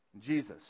Jesus